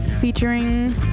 Featuring